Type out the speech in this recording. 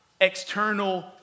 external